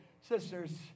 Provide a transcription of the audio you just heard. Sisters